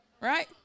right